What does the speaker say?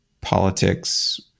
politics